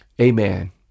amen